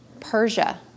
Persia